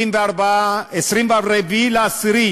24 באוקטובר,